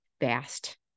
fast